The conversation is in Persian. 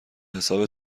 حساب